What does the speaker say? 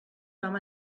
vam